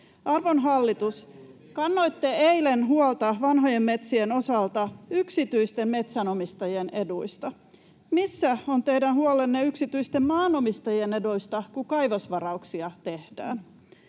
Arvon hallitus, kannoitte eilen huolta vanhojen metsien osalta yksityisten metsänomistajien eduista. Missä on teidän huolenne yksityisten maanomistajien eduista, kun kaivosvarauksia tehdään?